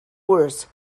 worse